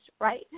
right